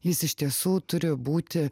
jis iš tiesų turi būti